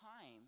time